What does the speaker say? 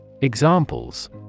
Examples